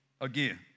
again